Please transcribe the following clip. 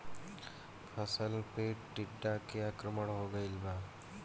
फसल पे टीडा के आक्रमण हो गइल बा?